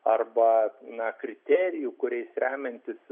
arba na kriterijų kuriais remiantis